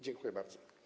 Dziękuję bardzo.